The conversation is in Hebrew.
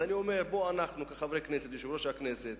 לכן אני אומר שאנחנו, חברי הכנסת ויושב-ראש הכנסת,